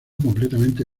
completamente